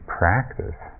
practice